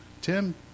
Tim